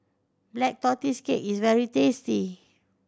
Black Tortoise Cake is very tasty